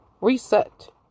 Reset